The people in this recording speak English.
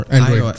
Android